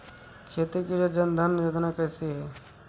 खेती के लिए जन धन योजना कैसी है?